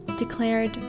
declared